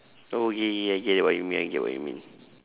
oh okay okay I get it what you mean I get what you mean